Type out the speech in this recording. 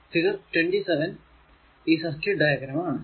figure 27 ഈ circuit diagram ആണ്